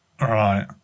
Right